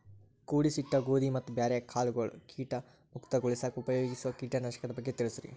ಕೂಡಿಸಿಟ್ಟ ಗೋಧಿ ಮತ್ತ ಬ್ಯಾರೆ ಕಾಳಗೊಳ್ ಕೇಟ ಮುಕ್ತಗೋಳಿಸಾಕ್ ಉಪಯೋಗಿಸೋ ಕೇಟನಾಶಕದ ಬಗ್ಗೆ ತಿಳಸ್ರಿ